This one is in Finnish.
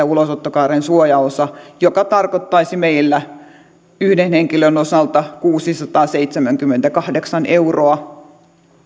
ulosottokaaren suojaosa joka tarkoittaisi meillä yhden henkilön osalta kuusisataaseitsemänkymmentäkahdeksan euroa